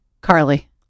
carly